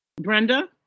Brenda